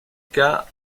cas